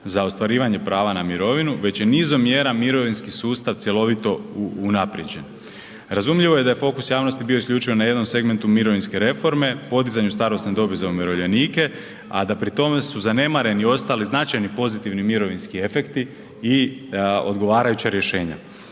za ostvarivanje prava na mirovinu, već je nizom mjera mirovinski sustav cjelovito unaprijeđen. Razumljivo je da je fokus javnosti bio isključivo na jednom segmentu mirovinske reforme, podizanju starosne dobi za umirovljenika, a da pri tome su zanemareni ostali značajni pozitivni mirovinski efekti i odgovarajuća rješenja.